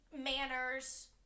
manners